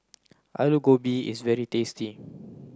Alu Gobi is very tasty